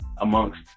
amongst